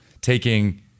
taking